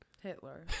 Hitler